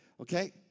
okay